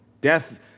Death